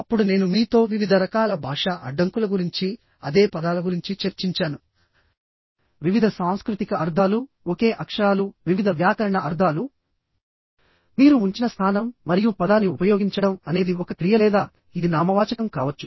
అప్పుడు నేను మీతో వివిధ రకాల భాషా అడ్డంకుల గురించిఅదే పదాల గురించి చర్చించాను వివిధ సాంస్కృతిక అర్థాలు ఒకే అక్షరాలు వివిధ వ్యాకరణ అర్థాలు మీరు ఉంచిన స్థానం మరియు పదాన్ని ఉపయోగించడం అనేది ఒక క్రియ లేదా ఇది నామవాచకం కావచ్చు